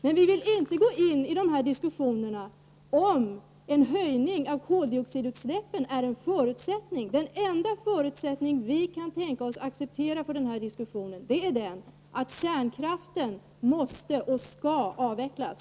Men vi vill inte gå in i dessa diskussioner, om en höjning av koldioxidutsläppen är en förutsättning. Den enda förutsättning vi kan tänka oss att acceptera i denna diskussion är att kärnkraften måste och skall avvecklas.